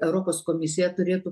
europos komisija turėtų